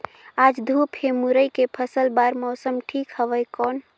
आज धूप हे मुरई के फसल बार मौसम ठीक हवय कौन?